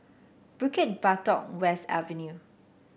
Bukit Batok West Avenue